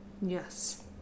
Yes